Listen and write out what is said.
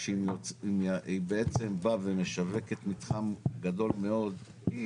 כשהיא בעצם באה ומשווקת מתחם גדול מאוד,